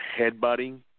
headbutting